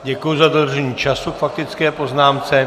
Děkuji za dodržení času k faktické poznámce.